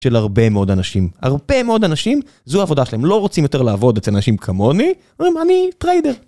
של הרבה מאוד אנשים. הרבה מאוד אנשים, זו העבודה שלהם, לא רוצים יותר לעבוד אצל אנשים כמוני, הם אומרים, אני טריידר.